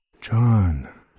John